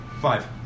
Five